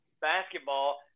basketball